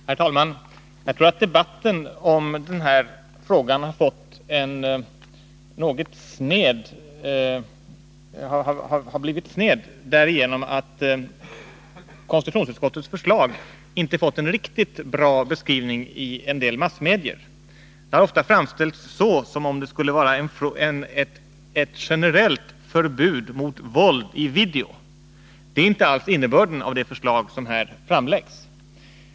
Herr talman! Jag tror att debatten om denna fråga har blivit sned, därigenom att konstitutionsutskottets förslag inte fått en riktigt bra beskrivning i en del massmedier. Det har ofta framställts så att det skulle gälla ett generellt förbud mot våld i video. Det är inte alls innebörden i det förslag som här framläggs.